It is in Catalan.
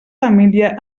família